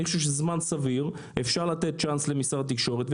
זה זמן סביר ואפשר לתת צ'אנס למשרד התקשורת.